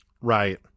right